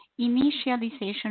initialization